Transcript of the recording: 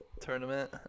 tournament